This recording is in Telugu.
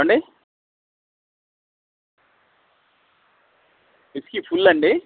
ఏండి విస్కీ ఫుల్ అండి